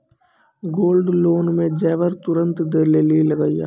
Gold loan मे जेबर तुरंत दै लेली लागेया?